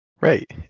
Right